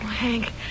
Hank